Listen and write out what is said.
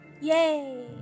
Yay